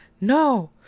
No